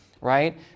right